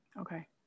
Okay